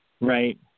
Right